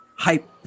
Hype